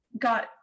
got